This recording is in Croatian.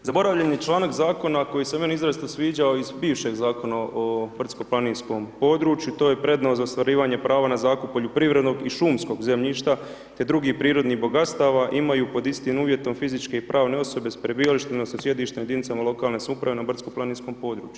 Zaboravljeni članak zakona koji se meni izrazito sviđao iz bivšega Zakona o brdsko-planinskom području a to je prednost za ostvarivanje prava na zakup poljoprivrednog i šumskog zemljišta te drugih prirodnih bogatstava, imaju pod istim uvjetom fizičke i pravne osobe sa prebivalištem odnosno sjedištem jedinica lokalne samouprave na brdsko-planinskom području.